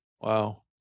Wow